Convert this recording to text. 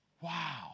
wow